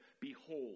behold